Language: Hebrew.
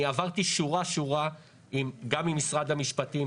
אני עברתי שורה-שורה גם עם משרד המשפטים,